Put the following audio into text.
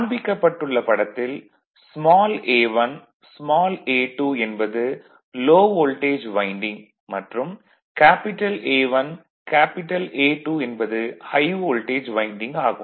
காண்பிக்கப்பட்டுள்ள படத்தில் small a1 small a2 என்பது low voltage winding மற்றும் கேபிடல் A1 கேபிடல் A2 என்பது ஹை வோல்டேஜ் வைண்டிங் ஆகும்